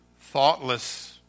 thoughtless